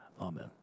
Amen